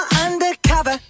undercover